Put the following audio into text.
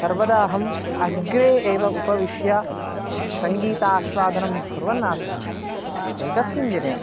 सर्वदा अहम् अग्रे एव उपविश्य सङ्गीतास्वादनं कुर्वन् आसम् एकस्मिन् दिने